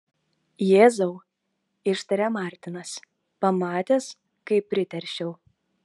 jėzau ištarė martinas pamatęs kaip priteršiau